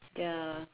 ya